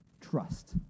trust